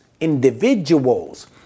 individuals